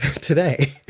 today